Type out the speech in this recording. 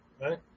right